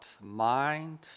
mind